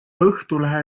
õhtulehe